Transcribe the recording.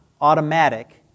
automatic